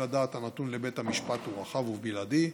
הדעת הנתון לבית המשפט הוא רחב ובלעדי,